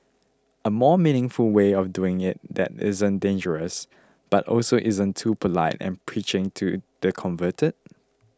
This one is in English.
a more meaningful way of doing it that isn't dangerous but also isn't too polite and preaching to the converted